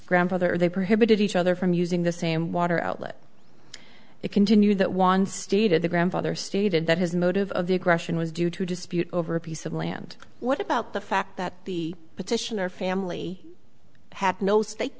grandfather they prohibited each other from using the same water outlet it continued that one stated the grandfather stated that his motive of the aggression was due to a dispute over a piece of land what about the fact that the petitioner family had no stake